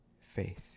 faith